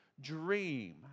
dream